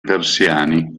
persiani